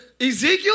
Ezekiel